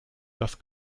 das